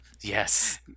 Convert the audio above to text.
Yes